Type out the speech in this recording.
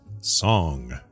song